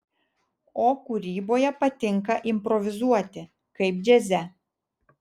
o kūryboje patinka improvizuoti kaip džiaze